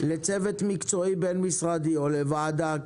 להקמת צוות מקצועי בין-משרדי או ועדה,